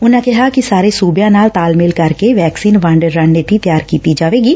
ਉਨਾ ਕਿਹਾ ਕਿ ਸਾਰੇ ਸੁਬਿਆ ਨਾਲ ਤਾਲਮੇਲ ਕਰਕੇ ਵੈਕਸਿਨ ਵੰਡ ਰਣਨੀਤੀ ਤਿਆਰ ਕੀਤੀ ਜਾਵੇਗੀ